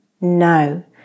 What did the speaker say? no